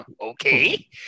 okay